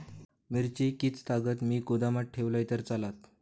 मिरची कीततागत मी गोदामात ठेवलंय तर चालात?